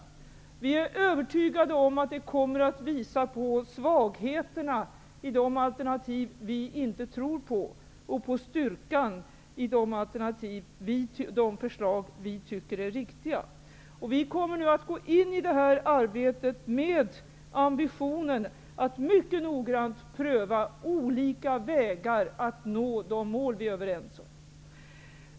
Tvärtom är vi övertygade om att det kommer att visa på svagheterna i de alternativ som vi socialdemokrater inte tror på och på styrkan i de förslag som vi tycker är riktiga. Vi kommer nu att gå in i det här arbetet med ambitionen att mycket noggrant pröva olika vägar att nå de mål som vi är överens om.